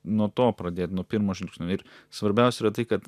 nuo to pradėt nuo pirmo žingsnio ir svarbiausia yra tai kad